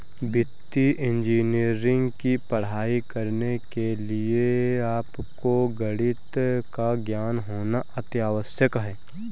वित्तीय इंजीनियरिंग की पढ़ाई करने के लिए आपको गणित का ज्ञान होना अति आवश्यक है